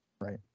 Right